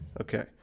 Okay